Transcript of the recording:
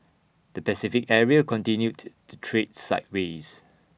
the Pacific area continued to trade sideways